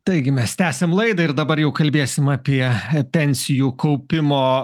taigi mes tęsiam laidą ir dabar jau kalbėsim apie pensijų kaupimo